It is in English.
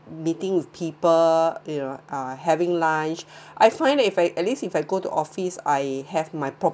meeting with people you know uh having lunch I find if I at least if I go to office I have my pro~